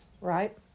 right